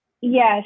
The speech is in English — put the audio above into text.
Yes